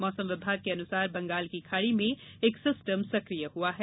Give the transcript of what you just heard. मौसम विभाग के अनुसार बंगाल की खाड़ी में एक सिस्टम सक्रिय हुआ है